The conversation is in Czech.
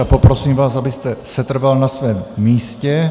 A poprosím vás, abyste setrval na svém místě.